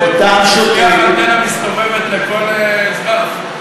שהבטיח אנטנה מסתובבת לכל אזרח.